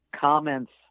comments